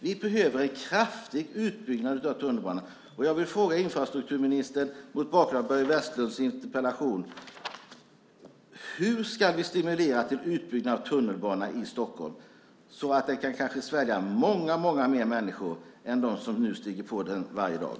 Vi behöver en kraftig utbyggnad av tunnelbanan. Jag vill mot bakgrund av Börje Vestlunds interpellation fråga infrastrukturministern: Hur ska vi stimulera till utbyggnad av tunnelbanan i Stockholm så att den kan svälja många, många fler människor än de som nu stiger på den varje dag?